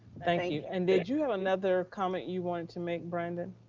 thank you, and did you have another comment you wanted to make brandon?